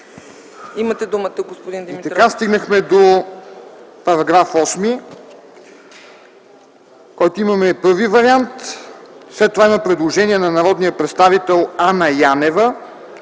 Имате думата, господин Димитров.